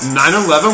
9-11